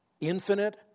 infinite